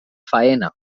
faena